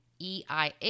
EIA